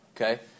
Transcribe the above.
okay